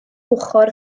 ochr